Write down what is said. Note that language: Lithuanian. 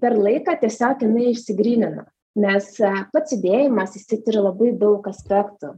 per laiką tiesiog jinai išsigrynino nes pats judėjimas jisai turi labai daug aspektų